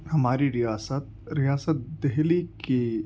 ہماری ریاست ریاست دہلی کے